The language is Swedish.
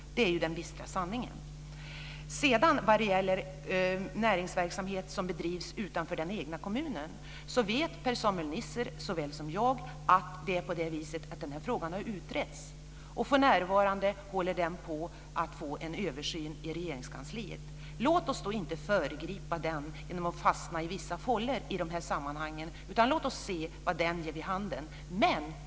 Det är ju den bistra sanningen. Vad gäller näringsverksamhet som bedrivs utanför den egna kommunen vet Per-Samuel Nisser lika väl som jag att frågan har utretts. För närvarande håller den på att få en översyn i Regeringskansliet. Låt oss då inte föregripa denna genom att fastna i vissa fållor i de här sammanhangen utan låt oss se vad den ger vid handen.